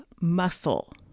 muscle